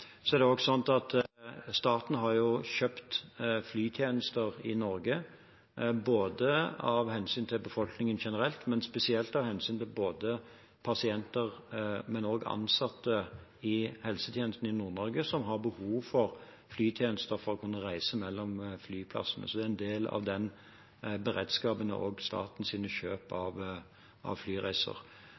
Så er det også slik at staten har kjøpt flytjenester i Norge, både av hensyn til befolkningen generelt, men spesielt av hensyn til pasienter og ansatte i helsetjenesten i Nord-Norge som har behov for flytjenester for å kunne reise mellom flyplassene. Så statens kjøp av flyreiser er også en del av den beredskapen.